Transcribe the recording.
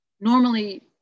normally